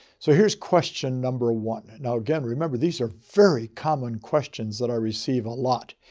so here's question number one. now, again, remember, these are very common questions that i receive a lot.